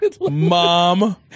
Mom